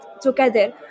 together